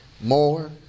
More